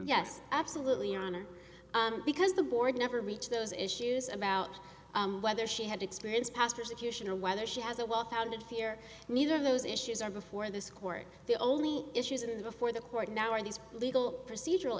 yes absolutely honor because the board never reach those issues about whether she had experience pastors or whether she has a well founded fear neither of those issues are before this court the only issues in before the court now are these legal procedural